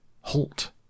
Halt